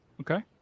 Okay